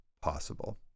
possible